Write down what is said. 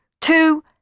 two